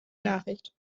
nachricht